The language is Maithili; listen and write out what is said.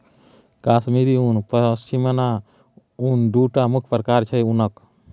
कश्मीरी उन, पश्मिना उन दु टा मुख्य प्रकार छै उनक